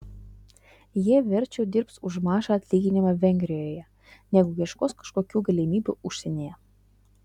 jie verčiau dirbs už mažą atlyginimą vengrijoje negu ieškos kažkokių galimybių užsienyje